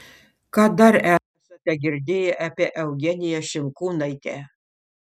ką dar esate girdėję apie eugeniją šimkūnaitę